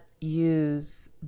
use